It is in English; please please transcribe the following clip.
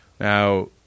Now